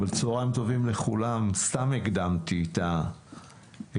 צוהריים טובים לכולם, סתם הקדמתי את המאוחר.